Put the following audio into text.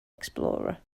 xplorer